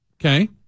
Okay